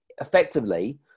effectively